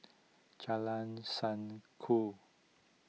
Jalan Sanku